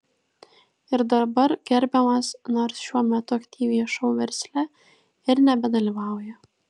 ir dabar gerbiamas nors šiuo metu aktyviai šou versle ir nebedalyvauja